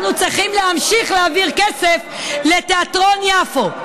אנחנו צריכים להמשיך להעביר כסף לתיאטרון יפו,